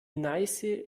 neiße